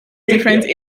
different